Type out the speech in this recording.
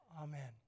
Amen